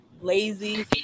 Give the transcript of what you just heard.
Lazy